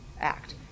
Act